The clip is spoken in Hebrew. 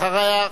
אחריה,